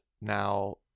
now